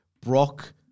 Brock